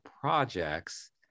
projects